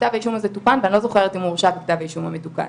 כתב האישום הזה תוקן ואני לא זוכרת אם הוא הורשע בכתב האישום המתוקן.